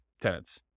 tenants